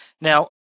Now